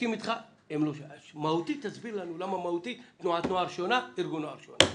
הסבר לנו במה מבחינה מהותית שונה תנועת נוער מארגון נוער.